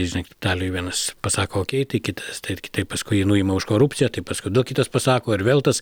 žinai kaip italijoj vienas pasako okei tai kita taip kitaip paskui jį nuima už korupciją tai paskui du kitas pasako ir vėl tas